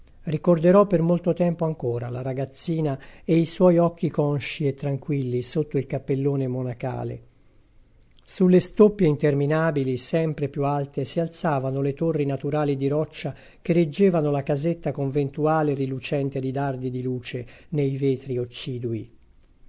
ricorderò per molto tempo ancora la ragazzina e i suoi occhi conscii e tranquilli sotto il cappellone monacale sulle stoppie interminabili sempre più alte si alzavano le torri naturali di roccia che reggevano la casetta conventuale rilucente di dardi di luce nei vetri occidui